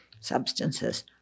substances